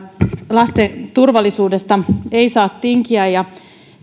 lasten turvallisuudesta ei saa tinkiä ja